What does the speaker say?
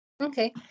okay